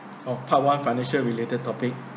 oh part one financial related topic